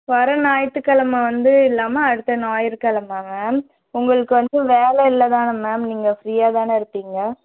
வர ஞாயித்துக்கிழம வந்து இல்லாமல் அடுத்த ஞாயிறுக்கிழம மேம் உங்களுக்கு வந்து வேலை இல்லை தானே மேம் நீங்கள் ஃப்ரீயாக தானே இருப்பீங்க